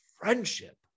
Friendship